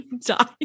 die